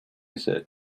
said